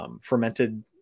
fermented